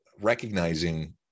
recognizing